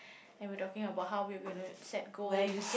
and we talking about how we were going to set goals